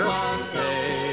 Monday